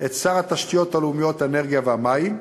את שר התשתיות הלאומיות, האנרגיה והמים,